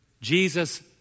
Jesus